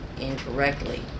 incorrectly